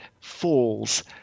falls